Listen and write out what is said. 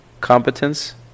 competence